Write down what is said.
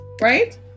right